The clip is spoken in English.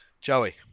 joey